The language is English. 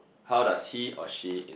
how does he or she in